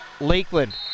Lakeland